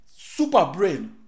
superbrain